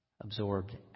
absorbed